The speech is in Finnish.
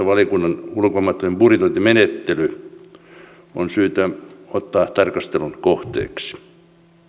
valiokunnan ulkomaanmatkojen budjetointimenettely on syytä ottaa tarkastelun kohteeksi